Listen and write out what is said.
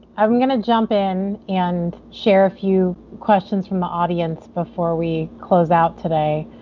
i mean going to jump in and share a few questions from the audience before we close out today.